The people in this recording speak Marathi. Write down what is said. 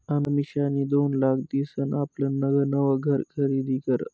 अमिषानी दोन लाख दिसन आपलं नवं घर खरीदी करं